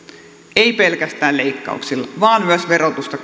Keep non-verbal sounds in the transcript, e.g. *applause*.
ei pelkästään leikkauksilla vaan myös verotusta *unintelligible*